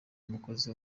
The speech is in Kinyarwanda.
umukozi